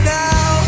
now